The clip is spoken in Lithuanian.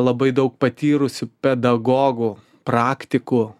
labai daug patyrusių pedagogų praktikų